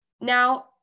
Now